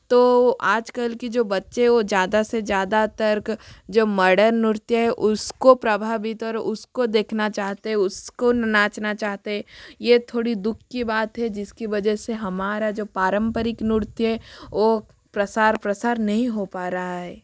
तो आजकल की जो बच्चे है वह ज़्यादा से ज़्यादा तक जो मडर नृत्य है उसको प्रभावित और उसको देखना चाहते है उसको नाचना चाहते यह थोड़ी दुःख की बात है जिसकी वजह से हमारा जो पारम्परिक नृत्य वह प्रचार प्रसार नहीं हो पा रहा है